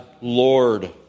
Lord